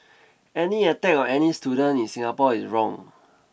any attack on any student in Singapore is wrong